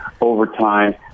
overtime